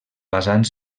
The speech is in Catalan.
basant